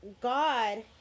God